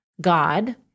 God